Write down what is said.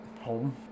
home